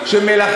יהושע"